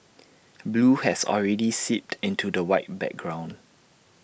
blue has already seeped into the white background